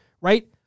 right